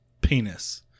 penis